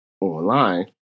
online